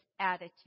attitude